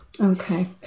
okay